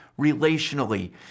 relationally